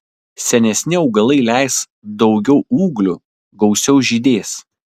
senesni augalai leis daugiau ūglių gausiau žydės